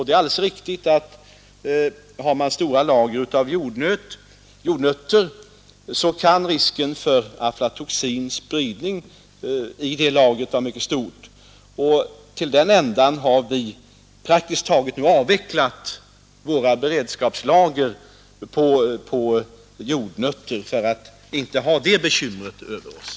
Det är alldeles riktigt att om man har stora lager av jordnötter, så kan risken för aflatoxins spridning i de lagren vara mycket betydande. Till den ändan har vi nu praktiskt taget avvecklat våra beredskapslager av jordnötter för att inte ha det bekymret över oss.